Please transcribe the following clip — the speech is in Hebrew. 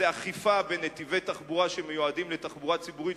אם אכיפה בנתיבי תחבורה שמיועדים לתחבורה ציבורית,